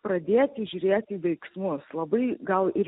pradėti žiūrėti į veiksmus labai gal ir